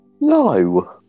No